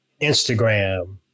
Instagram